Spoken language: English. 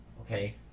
Okay